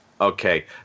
Okay